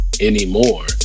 Anymore